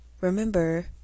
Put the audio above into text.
remember